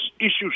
issues